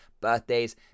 birthdays